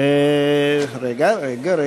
19?